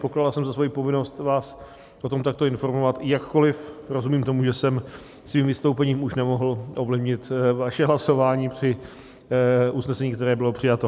Pokládal jsem za svoji povinnost vás o tom takto informovat, jakkoliv rozumím tomu, že jsem svým vystoupením už nemohl ovlivnit vaše hlasování při usnesení, které bylo přijato.